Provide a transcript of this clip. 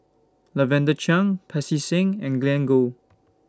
Lavender Chang Pancy Seng and Glen Goei